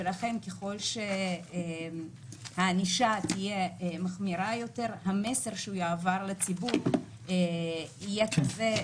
לכן ככל שהענישה תהיה מחמירה יותר המסר שיועבר לציבור יהיה כזה,